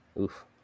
Oof